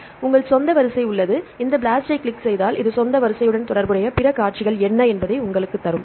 எனவே உங்கள் சொந்த வரிசை உள்ளது இந்த blast ஐக் கிளிக் செய்தால் இது சொந்த வரிசையுடன் தொடர்புடைய பிற காட்சிகள் என்ன என்பதை உங்களுக்குத் தரும்